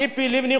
ציפי לבני,